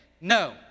No